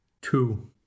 Two